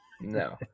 No